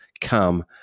Come